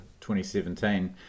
2017